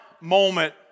moment